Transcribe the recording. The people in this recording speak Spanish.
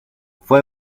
fue